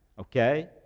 Okay